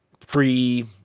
free